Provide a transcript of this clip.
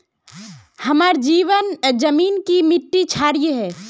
हमार जमीन की मिट्टी क्षारीय है?